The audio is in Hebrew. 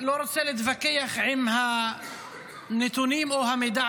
לא רוצה להתווכח עם הנתונים או המידע